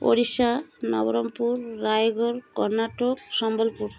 Odisha Nabarangpur Rayagada Karnataka Sambalpur